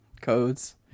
codes